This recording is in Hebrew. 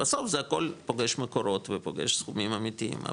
בסוף זה הכול פוגש מקורות ופוגש סכומים אמיתיים,